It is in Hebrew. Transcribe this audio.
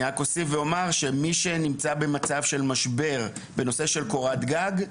אוסיף ואומר שמי שנמצא במצב של משבר בנושא של קורת גג,